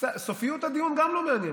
סופיות הדיון גם לא מעניינת.